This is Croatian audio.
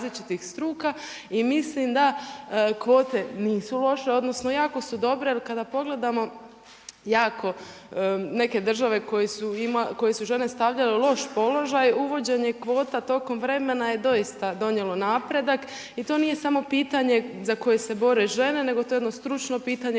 i mislim da kvote nisu loše, odnosno jako su dobre jer kada pogledamo, jako neke države koje su žene stavljale u loš položaj, uvođenje kvota tokom vremena je doista donijelo napredak. I to nije samo pitanje za koje se bore žene, nego to je jedno stručno pitanje